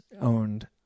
owned